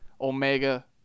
Omega